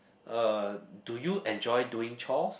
uh do you enjoy doing chores